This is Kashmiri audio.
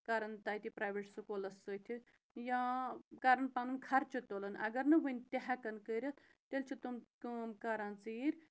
کَرَن تَتہِ پرٛایوٹ سکوٗلَس سۭتۍ تہِ یا کَرَن پَنُن خرچہٕ تُلَن اَگر نہٕ وٕنۍ تہِ ہٮ۪کَن کٔرِتھ تیٚلہِ چھِ تم کٲم کَران ژیٖرۍ